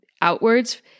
outwards